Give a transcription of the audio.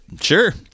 Sure